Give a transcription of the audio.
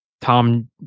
Tom